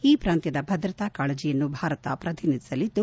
ಈ ಪ್ರಾಂತ್ಲದ ಭದ್ರತಾ ಕಾಳಜಿಯನ್ನು ಭಾರತ ಪ್ರತಿನಿಧಿಸಲಿದ್ದು